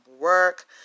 work